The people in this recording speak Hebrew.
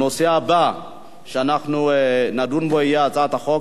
הנושא הבא שאנחנו נדון בו יהיה הצעת חוק